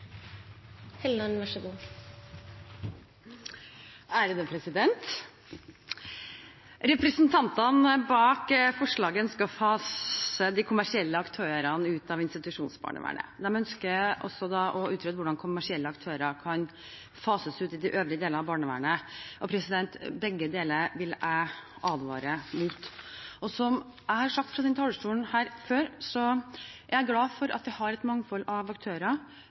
Representantene bak forslaget ønsker å fase de kommersielle aktørene ut av institusjonsbarnevernet. De ønsker også å utrede hvordan kommersielle aktører kan fases ut i de øvrige delene av barnevernet. Begge deler vil jeg advare mot. Som jeg har sagt fra denne talerstolen før, er jeg glad for at vi har et mangfold av aktører